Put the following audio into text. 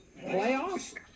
Playoffs